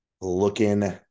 looking